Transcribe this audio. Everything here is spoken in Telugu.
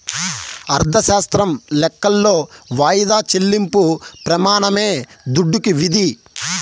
అర్ధశాస్త్రం లెక్కలో వాయిదా చెల్లింపు ప్రెమానమే దుడ్డుకి విధి